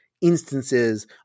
instances